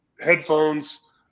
headphones